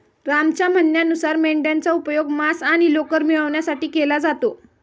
रामच्या म्हणण्यानुसार मेंढयांचा उपयोग मांस आणि लोकर मिळवण्यासाठी केला जातो